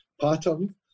pattern